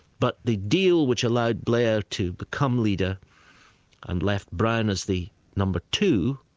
but the deal which allowed blair to become leader and left brown as the number two,